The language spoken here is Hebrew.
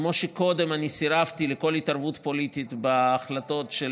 כמו שקודם סירבתי לכל התערבות פוליטית בהחלטות של